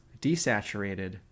desaturated